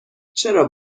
چرا